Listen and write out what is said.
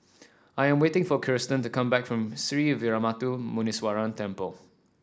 I am waiting for Kirstin to come back from Sree Veeramuthu Muneeswaran Temple